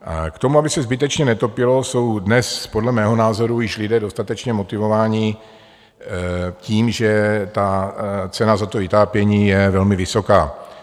K tomu, aby se zbytečně netopilo, jsou dnes podle mého názoru již lidé dostatečně motivováni tím, že ta cena za to vytápění je velmi vysoká.